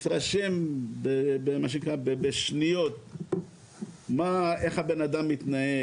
מתרשם בשניות איך הבן אדם מתנהג,